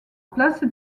place